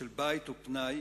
בית ופנאי